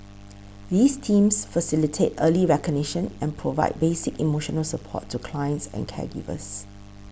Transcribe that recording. these teams facilitate early recognition and provide basic emotional support to clients and caregivers